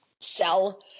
sell